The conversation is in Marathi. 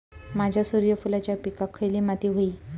माझ्या सूर्यफुलाच्या पिकाक खयली माती व्हयी?